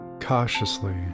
Cautiously